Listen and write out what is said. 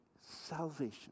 salvation